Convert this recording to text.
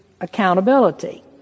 accountability